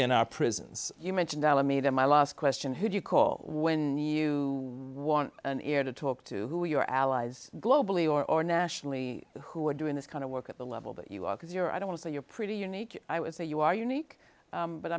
in our prisons you mentioned alameda my last question who do you call when you want an air to talk to who are your allies globally or nationally who are doing this kind of work at the level that you are because you're i don't say you're pretty unique i would say you are unique